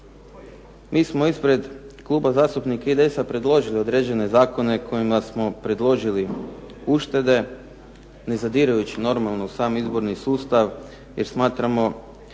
Mi smo ispred Kluba zastupnika IDS-a predložili određene zakone, kojima smo predložili uštede ne zadirujući normalno u sam izborni sustav, jer smatramo